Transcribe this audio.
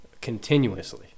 continuously